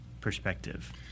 perspective